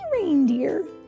reindeer